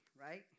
right